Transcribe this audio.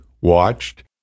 watched